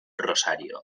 rosario